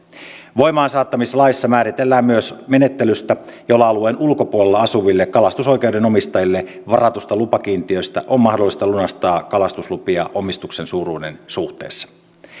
voimaansaattamislaissa määritellään myös menettelystä jolla alueen ulkopuolella asuville kalastusoikeuden omistajille varatusta lupakiintiöstä on mahdollista lunastaa kalastuslupia omistuksen suuruuden suhteessa